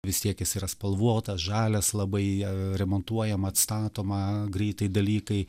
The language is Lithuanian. vis tiek jis yra spalvotas žalias labai remontuojama atstatoma greitai dalykai